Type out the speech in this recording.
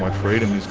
like freedom is